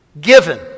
given